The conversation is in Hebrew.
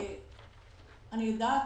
אני יודעת